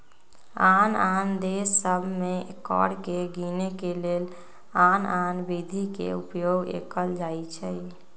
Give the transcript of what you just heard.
आन आन देश सभ में कर के गीनेके के लेल आन आन विधि के उपयोग कएल जाइ छइ